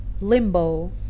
Limbo